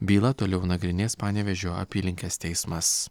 bylą toliau nagrinės panevėžio apylinkės teismas